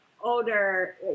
older